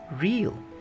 real